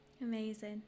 Amazing